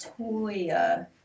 Toya